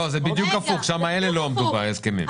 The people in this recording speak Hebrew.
לא, זה בדיוק הפוך, שם אלה לא עמדו בהסכמים.